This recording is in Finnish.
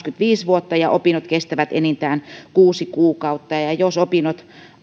kaksikymmentäviisi vuotta ja opinnot kestävät enintään kuusi kuukautta ja jos opinnot